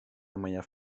mwyaf